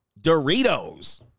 Doritos